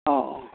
অঁ